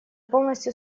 полностью